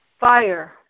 fire